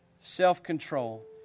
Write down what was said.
Self-control